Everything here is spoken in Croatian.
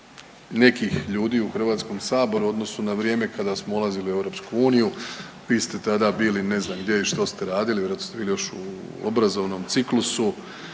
nekih ljudi u HS-u u odnosu na vrijeme kada smo ulazili u EU vi ste tada bili ne znam gdje i što ste radili ili još u obrazovnom ciklusu.